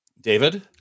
David